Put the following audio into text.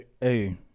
Hey